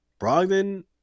Brogdon